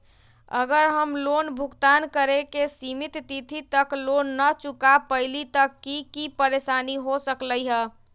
अगर हम लोन भुगतान करे के सिमित तिथि तक लोन न चुका पईली त की की परेशानी हो सकलई ह?